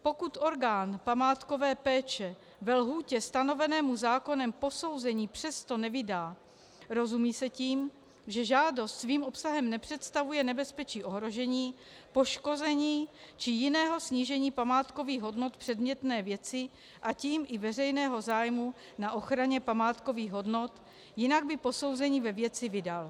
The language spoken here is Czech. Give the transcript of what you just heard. Pokud orgán památkové péče ve lhůtě stanovené mu zákonem posouzení přesto nevydá, rozumí se tím, že žádost svým obsahem nepředstavuje nebezpečí ohrožení, poškození či jiného snížení památkových hodnot předmětné věci, a tím i veřejného zájmu na ochraně památkových hodnot, jinak by posouzení ve věci vydal.